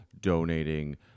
donating